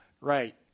Right